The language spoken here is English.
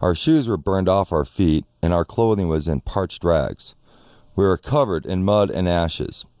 our shoes were burned off our feet and our clothing was in parched drags. we were covered in mud and ashes